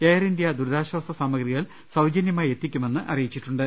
Air India ദുരിതാശ്ചാസ സാമ ഗ്രി കൾ സൌജ നൃ മായി എത്തിക്കു മെന്ന് അറിയിച്ചിട്ടു ണ്ട്